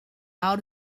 out